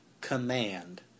command